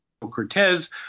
Cortez